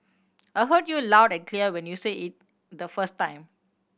I heard you loud and clear when you said it the first time